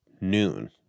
noon